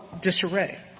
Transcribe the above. Disarray